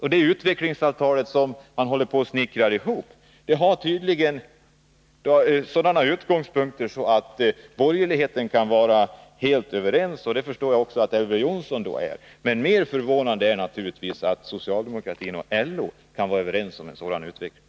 Och detta utvecklingsavtal, som man håller på att snickra ihop, har tydligen sådana utgångspunkter att borgerligheten kan vara helt överens, och jag förstår därför att också Elver Jonsson är med på det. Mer förvånande är det naturligtvis att socialdemokratin och LO kan vara överens om en sådan utveckling.